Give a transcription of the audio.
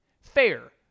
fair